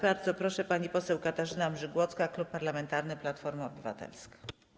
Bardzo proszę, pani poseł Katarzyna Mrzygłocka, Klub Parlamentarny Platforma Obywatelska.